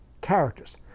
characters